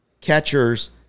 catchers